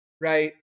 right